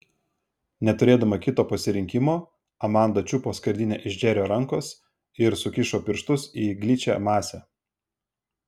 neturėdama kito pasirinkimo amanda čiupo skardinę iš džerio rankos ir sukišo pirštus į gličią masę